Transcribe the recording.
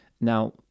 Now